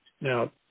Now